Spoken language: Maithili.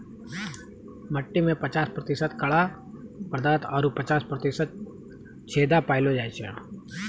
मट्टी में पचास प्रतिशत कड़ा पदार्थ आरु पचास प्रतिशत छेदा पायलो जाय छै